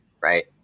right